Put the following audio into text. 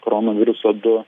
koronaviruso du